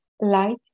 light